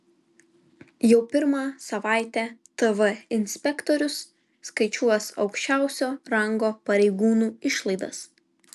jau pirmą savaitę tv inspektorius skaičiuos aukščiausio rango pareigūnų išlaidas